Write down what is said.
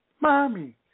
Mommy